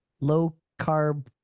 low-carb